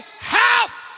half